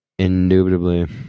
indubitably